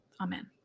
Amen